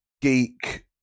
geek